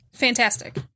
fantastic